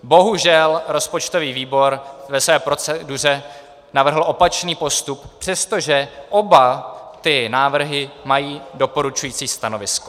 Bohužel rozpočtový výbor ve své proceduře navrhl opačný postup, přestože oba ty návrhy mají doporučující stanovisko.